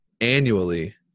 annually